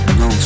no